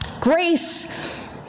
Grace